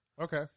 Okay